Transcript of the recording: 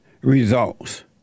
results